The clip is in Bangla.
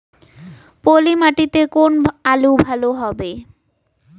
পলি মাটিতে কোন আলু ভালো হবে?